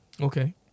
Okay